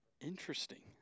Interesting